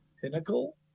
pinnacle